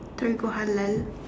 Torigo halal